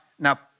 Now